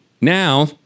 Now